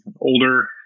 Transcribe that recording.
older